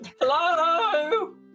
HELLO